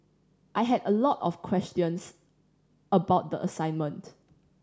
I had a lot of questions about the assignment